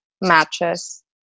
matches